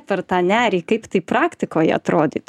per tą nerį kaip tai praktikoje atrodyt